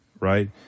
right